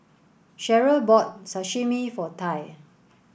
Cherryl bought Sashimi for Ty